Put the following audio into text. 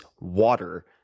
water